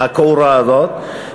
הכעורה הזאת,